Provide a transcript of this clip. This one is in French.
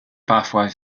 parfois